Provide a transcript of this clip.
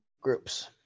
groups